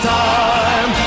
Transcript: time